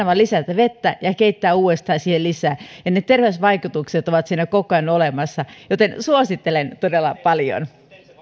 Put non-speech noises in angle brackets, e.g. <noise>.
<unintelligible> vaan lisätä vettä ja keittää uudestaan lisää ja ne terveysvaikutukset ovat siinä koko ajan olemassa joten suosittelen todella paljon